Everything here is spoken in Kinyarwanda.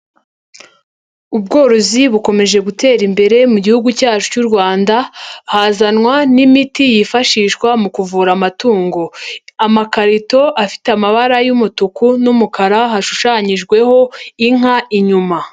Ubworozi bukomeje gutera imbere mu gihugu cyacu cy'u Rwanda, hazanwa n'imiti yifashishwa mu kuvura amatungo, amakarito afite amabara y'umutuku n'umukara hashushanyijweho inka inyuma.